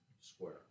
square